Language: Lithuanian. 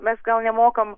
mes gal nemokam